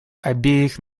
обеих